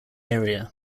area